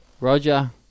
Roger